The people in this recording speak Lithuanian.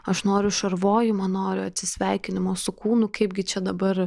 aš noriu šarvojimo noriu atsisveikinimo su kūnu kaipgi čia dabar